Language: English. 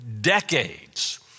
Decades